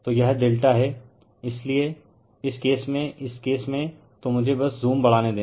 तो यह ∆है इसीलिए इस केस में इस केस में तो मुझे बस ज़ूम बढाने दे